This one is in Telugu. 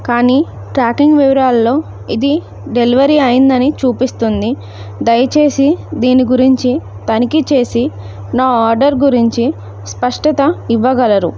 కానీ ట్రాకింగ్ వివరాల్లో ఇది డెలివరీ అయిందని చూపిస్తుంది దయచేసి దీని గురించి తనిఖీ చేసి నా ఆర్డర్ గురించి స్పష్టత ఇవ్వగలరు